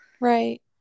Right